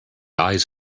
eyes